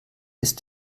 ist